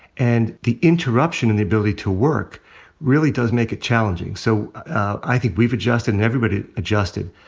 and the interruption in the ability to work really does make it challenging. so i think we've adjusted, and everybody adjusted,